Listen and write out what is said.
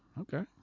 Okay